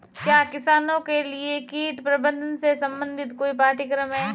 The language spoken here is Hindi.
क्या किसानों के लिए कीट प्रबंधन से संबंधित कोई पाठ्यक्रम है?